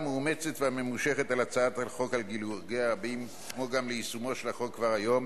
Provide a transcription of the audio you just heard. מין המעוניין להשתקם ושניתן להפחית את מסוכנותו לא יוחמץ רק בשל היעדר